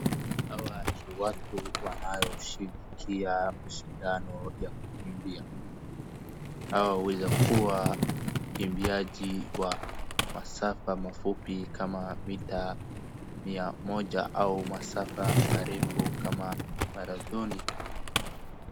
Hawa ni watu wanaoshirikia mashindano ya kukimbia. Hawa waweza kuwa wakimbiaji wa masafa mafupi kama mita mia moja au masafa marefu kama marathoni.